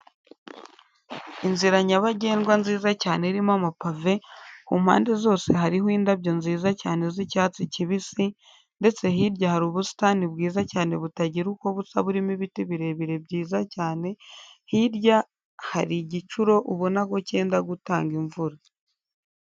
Inzira nyabagendwa nziza cyane irimo amapave, ku mpande zose hariho indabyo nziza cyane z'icyatsi kibisi, ndtse hirya hari ubusitani bwiza cyane butagira uko busa burimo ibiti birebire byiza cyane, hirya hari igicuro ubona ko cyenda gutanga imvura.